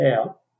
out